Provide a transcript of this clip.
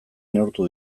neurtu